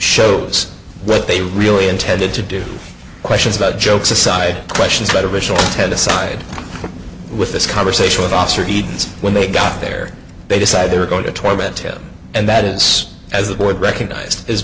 shows what they really intended to do questions about jokes aside questions that original had to side with this conversation with officer eaton's when they got there they decided they were going to torment him and that is as it would recognize is